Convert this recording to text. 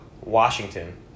Washington